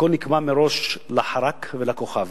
הכול נקבע מראש, לחרק ולכוכב.